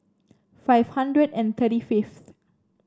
five hundred and thirty fifth